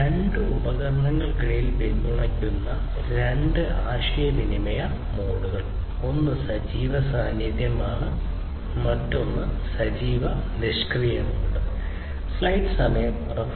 രണ്ട് ഉപകരണങ്ങൾക്കിടയിൽ പിന്തുണയ്ക്കുന്ന രണ്ട് ആശയവിനിമയ മോഡുകൾ ഒന്ന് സജീവ സജീവമാണ് മറ്റൊന്ന് സജീവ നിഷ്ക്രിയ മോഡ്